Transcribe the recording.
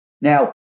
Now